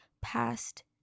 past